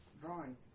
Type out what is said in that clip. Drawing